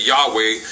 Yahweh